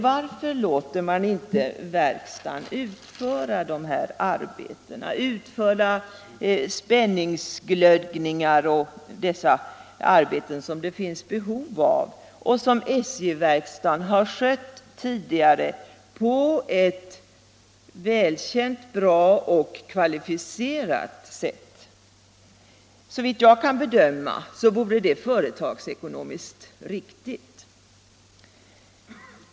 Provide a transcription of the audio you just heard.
Varför låter man inte verkstaden utföra de här arbetena, såsom spänningsglödgningar och annat arbete som det finns behov av, och som SJ-verkstaden har skött tidigare på ett välkänt bra och kvalificerat sätt? Såvitt jag kan bedöma vore det företagsekonomiskt riktigt.